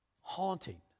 haunting